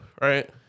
right